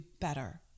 better